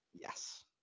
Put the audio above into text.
Yes